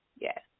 Yes